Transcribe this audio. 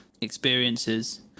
experiences